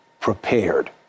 prepared